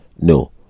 no